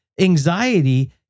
anxiety